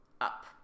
up